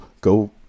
go